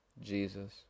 Jesus